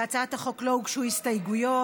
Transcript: להצעת החוק לא הוגשו הסתייגויות,